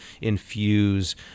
infuse